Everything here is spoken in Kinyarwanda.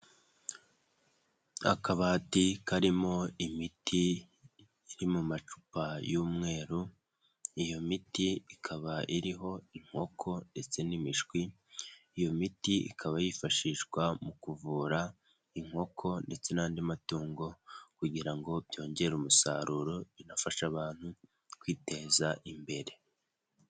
Akabati karimo imiti iri mu macupa y'umweru, iyo miti ikaba iriho inkoko ndetse n'imishwi, iyo miti ikaba yifashishwa mu kuvura inkoko ndetse n'andi matungo kugira ngo byongere umusaruro binafasha abantu kwiteza imbere.